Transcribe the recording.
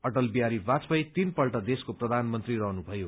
अटल विहारी वाजपेयी तीनपल्ट देशको प्रधानमन्त्री रहनुभयो